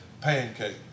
pancake